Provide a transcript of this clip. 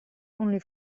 only